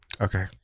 Okay